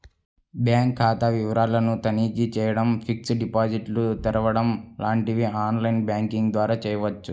bank ఖాతా వివరాలను తనిఖీ చేయడం, ఫిక్స్డ్ డిపాజిట్లు తెరవడం లాంటివి ఆన్ లైన్ బ్యాంకింగ్ ద్వారా చేయవచ్చు